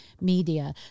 media